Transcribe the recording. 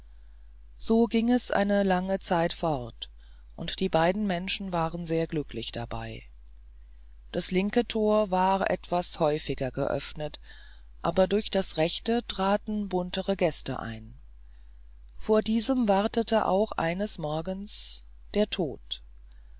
so ging es eine lange zeit fort und die beiden menschen waren sehr glücklich dabei das linke tor war etwas häufiger geöffnet aber durch das rechte traten buntere gäste ein vor diesem wartete auch eines morgens der tod